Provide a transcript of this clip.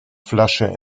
flasche